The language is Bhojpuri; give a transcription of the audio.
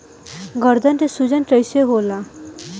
गर्दन के सूजन कईसे होला?